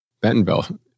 Bentonville